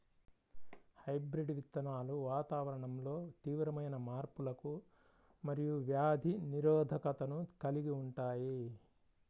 hybrid విత్తనాలు వాతావరణంలో తీవ్రమైన మార్పులకు మరియు వ్యాధి నిరోధకతను కలిగి ఉంటాయి